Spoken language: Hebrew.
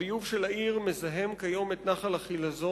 הביוב של העיר מזהם היום את נחל-חילזון.